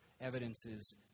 evidences